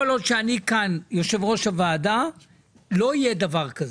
כל עוד שאני כאן יושב ראש הוועדה לא יהיה דבר כזה.